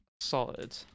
Solid